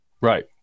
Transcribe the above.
Right